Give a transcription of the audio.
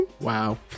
Wow